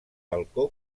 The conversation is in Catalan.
balcó